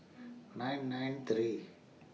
nine nine three